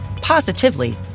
positively